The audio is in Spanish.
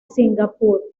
singapur